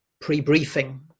pre-briefing